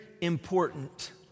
important